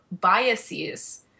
biases